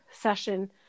session